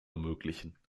ermöglichen